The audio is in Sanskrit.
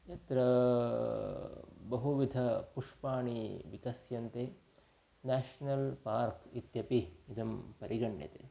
यत्र बहुविधपुष्पाणि विकस्यन्ते नेशनल् पार्क् इत्यपि इदं परिगण्यते